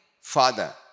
father